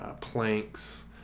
planks